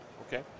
Okay